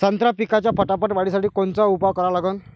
संत्रा पिकाच्या फटाफट वाढीसाठी कोनचे उपाव करा लागन?